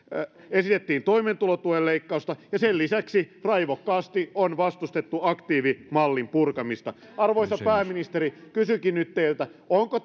esitettiin toimeentulotuen leikkausta ja sen lisäksi raivokkaasti on vastustettu aktiivimallin purkamista arvoisa pääministeri kysynkin nyt teiltä onko